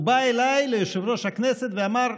הוא בא אליי, ליושב-ראש הכנסת, ואמר: